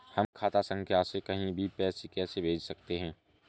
हम खाता संख्या से कहीं भी पैसे कैसे भेज सकते हैं?